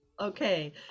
Okay